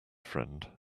friend